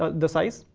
ah the size.